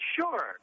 sure